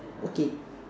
okay